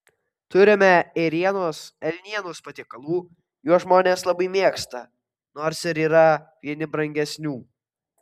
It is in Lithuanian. turime ėrienos elnienos patiekalų juos žmonės labai mėgsta nors ir yra vieni brangesnių